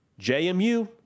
JMU